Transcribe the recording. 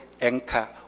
anchor